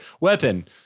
weapon